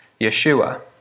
Yeshua